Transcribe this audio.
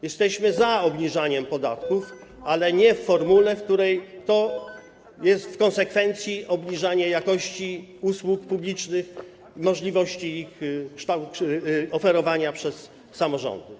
Jesteśmy za obniżaniem podatków, ale nie w formule, w której to jest w konsekwencji obniżanie jakości usług publicznych, możliwości ich oferowania przez samorządy.